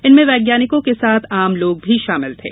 इनमें वैज्ञानिकों के साथ आम लोग भी शामिल थे